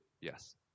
Yes